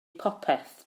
popeth